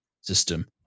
system